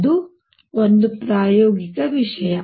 ಅದು ಒಂದು ಪ್ರಾಯೋಗಿಕ ವಿಷಯ